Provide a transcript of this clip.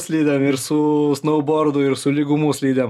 slidėm ir su snoubordu ir su lygumų slidėm